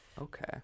okay